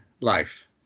life